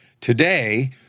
today